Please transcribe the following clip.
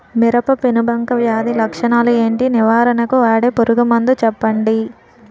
మిరప పెనుబంక వ్యాధి లక్షణాలు ఏంటి? నివారణకు వాడే పురుగు మందు చెప్పండీ?